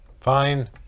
Fine